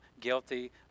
guilty